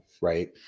right